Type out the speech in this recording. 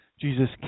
Jesus